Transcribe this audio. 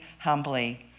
humbly